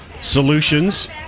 Solutions